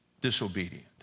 disobedient